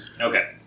Okay